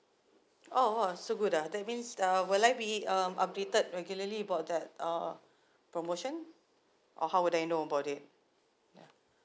oh !wow! so good ah that means uh will I be it um updated regularly about that uh promotion or how would I know about it ya